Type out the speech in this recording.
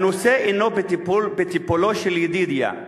"הנושא אינו בטיפולו של ידידיה".